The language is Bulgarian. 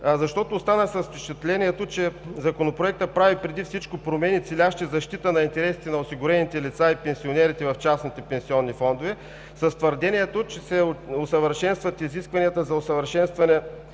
Останах с впечатлението, че Законопроектът прави преди всичко промени, целящи защита на интересите на осигурените лица и пенсионерите в частните пенсионни фондове, с твърдението, че се усъвършенстват изискванията за усъвършенстване